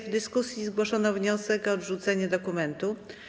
W dyskusji zgłoszono wniosek o odrzucenie dokumentu.